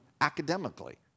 academically